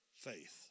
faith